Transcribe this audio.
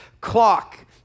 clock